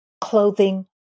clothing